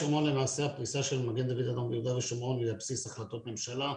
למעשה הפריסה של מגן דוד אדום ביהודה ושומרון היא על בסיס החלטות ממשלה,